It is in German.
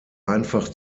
einfach